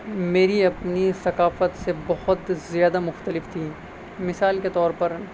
میری اپنی ثقافت سے بہت زیادہ مختلف تھیں مثال کے طور پر